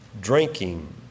drinking